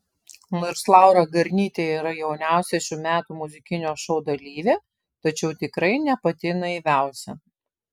nors laura garnytė yra jauniausia šių metų muzikinio šou dalyvė tačiau tikrai ne pati naiviausia